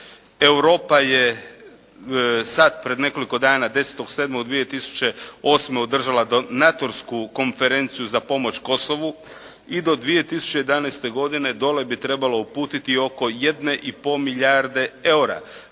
Europa je sad pred nekoliko dana 10.7.2008. održala donatorsku konferenciju za pomoć Kosovu i do 2011. godine dole bi trebalo uputiti oko jedne i po milijarde EUR-a